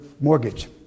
mortgage